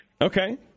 Okay